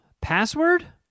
Password